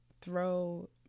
throw